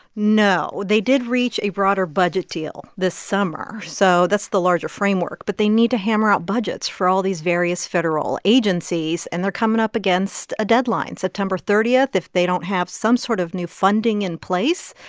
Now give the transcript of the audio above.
no. they did reach a broader budget deal this summer, so that's the larger framework. but they need to hammer out budgets for all these various federal agencies. and they're coming up against a deadline. september thirty, if they don't have some sort of new funding in place,